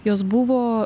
jos buvo